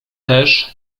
też